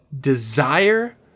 desire